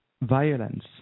violence